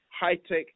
high-tech